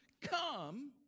come